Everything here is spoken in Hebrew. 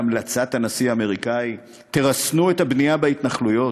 והמלצת הנשיא האמריקני: תרסנו את הבנייה בהתנחלויות.